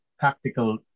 tactical